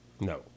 No